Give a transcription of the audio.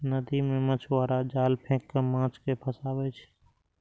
नदी मे मछुआरा जाल फेंक कें माछ कें फंसाबै छै